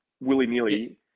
willy-nilly